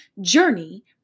journey